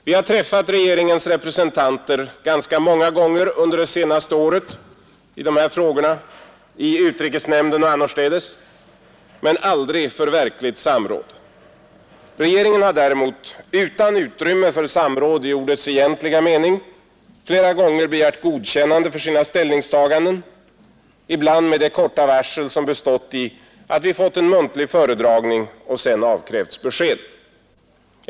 Vi har träffat regeringens representanter ganska många gånger under det senaste året i dessa frågor i utrikesnämnden och annorstädes, men aldrig för verkligt samråd. kegeringen har däremot, utan utrymme för samråd i ordets egentliga mening, flera gånger begärt godkännande för sina ställningstaganden — ibland med det korta varsel som bestått i att vi fått en muntlig föredragning och sedan avkrävts besked.